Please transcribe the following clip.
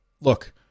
Look